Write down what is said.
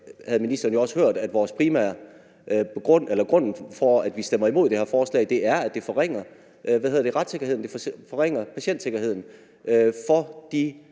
havde ministeren jo også hørt, at vores primære grund til, at vi stemmer imod det her forslag, er, at det forringer retssikkerheden og det forringer patientsikkerheden for de